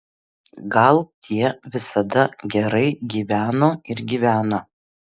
gal tie visada gerai gyveno ir gyvena